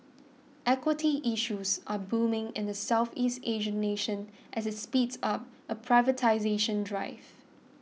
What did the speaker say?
equity issues are booming in the Southeast Asian nation as it speeds up a privatisation drive